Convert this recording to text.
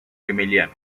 emiliano